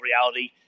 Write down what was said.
reality